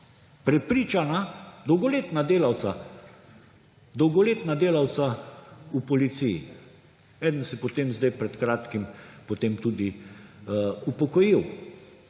Prepričana! Dolgoletna delavca v policiji. Eden se je potem sedaj pred kratkim potem tudi upokojil.